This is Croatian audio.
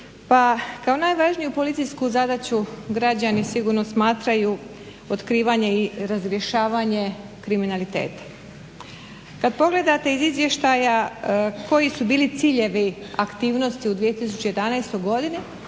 kao najvažniju policijsku zadaću građani sigurno smatraju otkrivanje i razrješavanje kriminaliteta. Kad pogledate iz izvještaja koji su bili ciljevi aktivnosti u 2011. godini